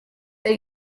that